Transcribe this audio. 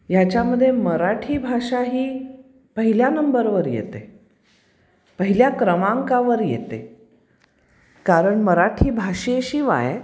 ह्याच्यामध्ये मराठी भाषा ही पहिल्या नंबरवर येते पहिल्या क्रमांकावर येते कारण मराठी भाषेशिवाय